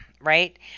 right